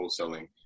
wholesaling